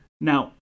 Now